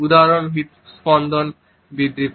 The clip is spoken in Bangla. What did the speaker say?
উদাহরণস্বরূপ হৃদস্পন্দন বৃদ্ধি হয়